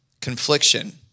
confliction